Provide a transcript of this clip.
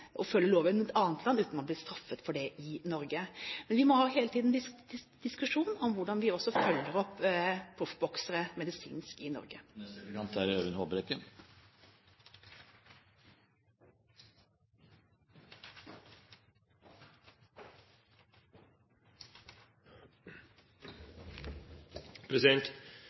følge loven i et annet land uten å bli straffet for det i Norge. Men vi må hele tiden ha diskusjon om hvordan vi også følger opp proffboksere medisinsk i Norge.